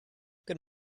good